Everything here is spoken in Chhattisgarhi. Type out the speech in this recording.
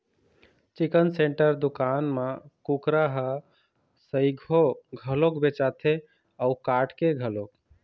चिकन सेंटर दुकान म कुकरा ह सइघो घलोक बेचाथे अउ काट के घलोक